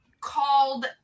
called